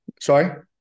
Sorry